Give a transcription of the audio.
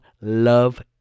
Love